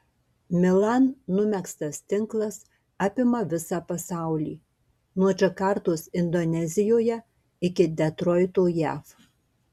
milan numegztas tinklas apima visą pasaulį nuo džakartos indonezijoje iki detroito jav